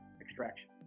extraction